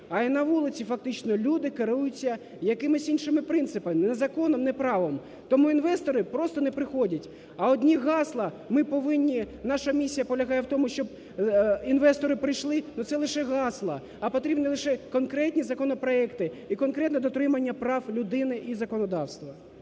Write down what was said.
а і на вулиці фактично люди керуються якимись іншими принципами, не законом, не правом. Тому інвестори просто не приходять, а одні гасла: ми повинні, наша місія полягає в тому, щоб інвестори прийшлим – ну, це лише гасла, а потрібно лише конкретні законопроекти і конкретне дотримання прав людини і законодавства.